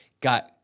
got